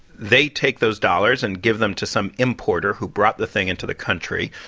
they take those dollars and give them to some importer who brought the thing into the country.